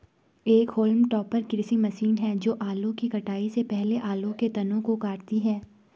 एक haulm topper कृषि machine है जो आलू की कटाई से पहले आलू के तनों को काटती है